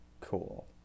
cool